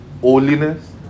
holiness